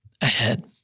ahead